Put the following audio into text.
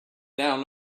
down